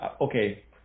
okay